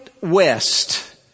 west